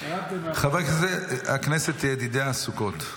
חבר הכנסת צבי ידידיה סוכות.